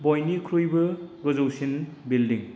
बयनिख्रुइबो गोजौसिन बिल्डिं